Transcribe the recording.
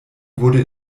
wurde